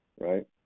Right